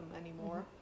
anymore